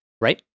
right